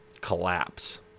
collapse